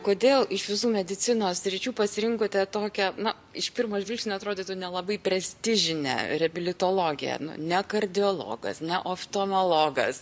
kodėl iš visų medicinos sričių pasirinkote tokią na iš pirmo žvilgsnio atrodytų nelabai prestižinę reabilitologiją nu ne kardiologas ne oftalmologas